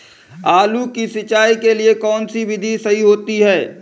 आलू की सिंचाई के लिए कौन सी विधि सही होती है?